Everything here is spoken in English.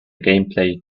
gameplay